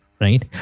Right